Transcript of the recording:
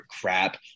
crap